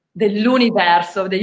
dell'universo